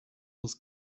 was